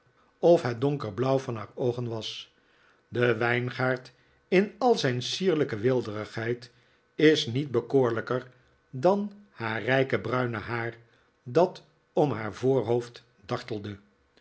of het donkerblauw van haar oogen was de wijngaard in al zijn sierlijke weelderigheid is niet bekoorlijker dan haar rijke bruine haar dat om haar voorhoofd dartelde